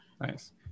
nice